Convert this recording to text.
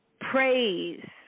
praise